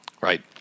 right